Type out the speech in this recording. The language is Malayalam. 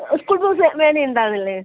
സ്കൂൾ ബസ്സ് വേറെ ഉണ്ടാവുന്നില്ലേ